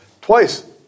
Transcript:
twice